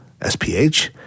SPH